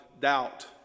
doubt